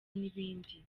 n’ibindi